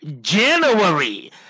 January